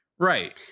Right